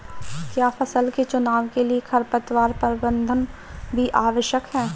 क्या फसल के चुनाव के लिए खरपतवार प्रबंधन भी आवश्यक है?